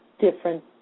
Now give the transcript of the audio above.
different